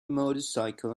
motorcycle